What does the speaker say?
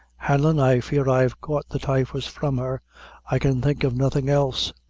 hanlon, i fear i've caught the typhus from her i can think of nothing else.